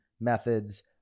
methods